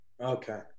Okay